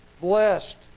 Blessed